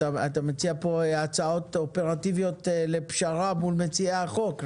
אתה מציע פה הצעות אופרטיביות לפשרה מול מציע החוק?